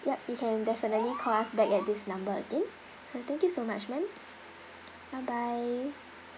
yup you can definitely call us back at this number again so thank you so much ma'am bye bye